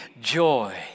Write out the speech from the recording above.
joy